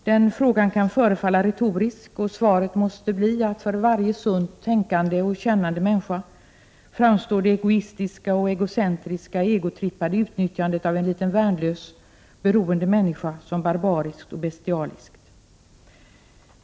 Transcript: Den frågan kan förefalla retorisk, och svaret måste bli, att för varje sunt tänkande och kännande människa framstår det egoistiska, egocentriska och egotrippade utnyttjandet av en liten värnlös, beroende människa som barbariskt och bestialiskt.